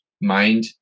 mind